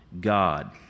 God